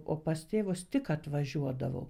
o pas tėvus tik atvažiuodavau